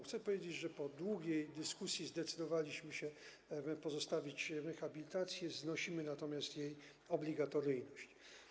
Chcę powiedzieć, że po długiej dyskusji zdecydowaliśmy się pozostawić habilitację, znosimy natomiast jej obligatoryjność.